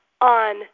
on